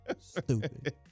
Stupid